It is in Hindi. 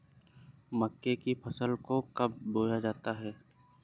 मक्का की फसल को कब बोया जाता है?